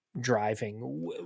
driving